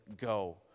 Go